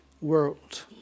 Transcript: world